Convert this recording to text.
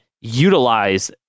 utilize